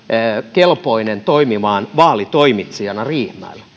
kelpoinen toimimaan vaalitoimitsijana riihimäellä